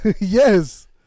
yes